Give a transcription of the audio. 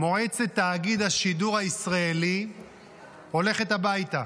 מועצת תאגיד השידור הישראלי הולכת הביתה.